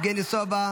יבגני סובה,